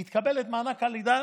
היא תקבל את מענק הלידה